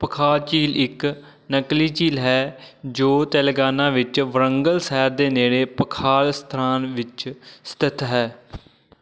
ਪਖਾ ਝੀਲ ਇੱਕ ਨਕਲੀ ਝੀਲ ਹੈ ਜੋ ਤੇਲੰਗਾਨਾ ਵਿੱਚ ਵਾਰੰਗਲ ਸ਼ਹਿਰ ਦੇ ਨੇੜੇ ਪਖਾਲ ਸਥਾਨ ਵਿੱਚ ਸਥਿਤ ਹੈ